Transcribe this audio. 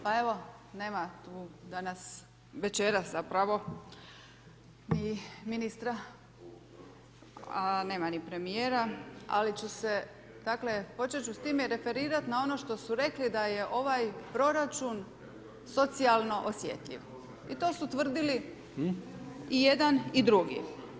Pa evo nema tu danas, večeras zapravo, ni ministra, a nema ni premijera, ali ću se, dakle, početi ću s time referirati na ono što su rekli da je ovaj proračun socijalno osjetljiv i to su tvrdili i jedan i drugi.